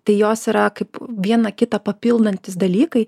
tai jos yra kaip viena kitą papildantys dalykai